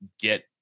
get